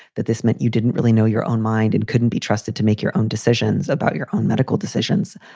that this meant you didn't really know your own mind and couldn't be trusted to make your own decisions about your own medical decisions,